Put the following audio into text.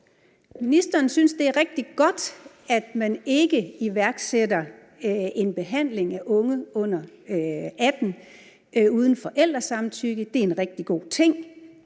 Ministeren synes, det er en rigtig godt, at man ikke iværksætter en behandling af unge under 18 år uden forældresamtykke; det er en rigtig god ting.